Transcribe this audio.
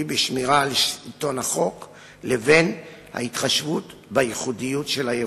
בשמירה על שלטון החוק לבין ההתחשבות בייחודיות של האירועים.